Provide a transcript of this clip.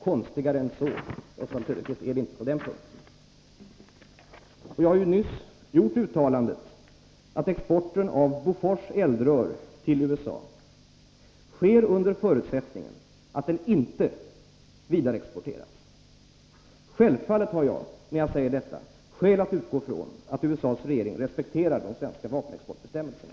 Konstigare än så är det inte, Oswald Söderqvist. Jag har ju nyss gjort uttalandet att exporten av Bofors eldrör till USA sker under förutsättningen att de inte vidareexporteras. Självfallet har jag när jag säger detta skäl att utgå från att USA:s regering respekterar de svenska vapenexportbestämmelserna.